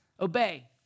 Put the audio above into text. obey